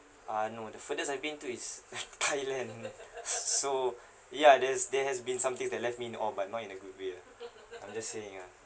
uh I know the furthest I've been to is thailand s~ so ya there's there has been something that left me in awe but not in a good way lah I'm just saying ah